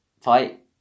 fight